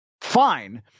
fine